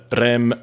rem